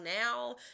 now